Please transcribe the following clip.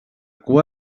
cua